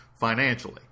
financially